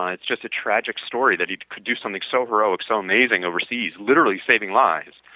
um it's just a tragic story that he could do something so heroic, so amazing overseas literally saving lives,